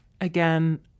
again